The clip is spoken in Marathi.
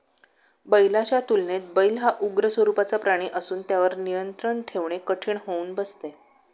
बैलाच्या तुलनेत बैल हा उग्र स्वरूपाचा प्राणी असून त्यावर नियंत्रण ठेवणे कठीण होऊन बसते